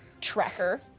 tracker